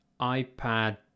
iPad